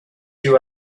you